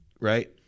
Right